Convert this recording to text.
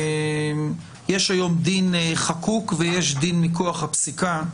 יש היום דין חקוק ויש דין מכוח הפסיקה,